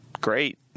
great